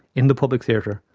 in the public theatre,